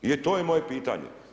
I to je moje pitanje.